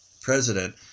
president